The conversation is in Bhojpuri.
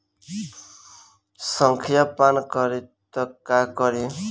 संखिया पान करी त का करी?